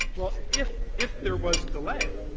well, if if there was delay.